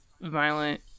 violent